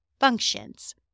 Functions